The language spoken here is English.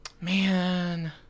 man